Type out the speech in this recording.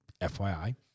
FYI